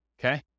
Okay